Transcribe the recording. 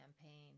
campaign